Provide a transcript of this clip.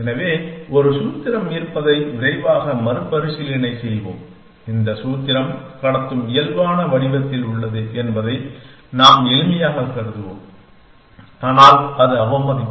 எனவே ஒரு சூத்திரம் இருப்பதை விரைவாக மறுபரிசீலனை செய்வோம் இந்த சூத்திரம் கடத்தும் இயல்பான வடிவத்தில் உள்ளது என்பதை நாம் எளிமையாகக் கருதுவோம் ஆனால் அது அவமதிப்பு